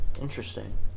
Interesting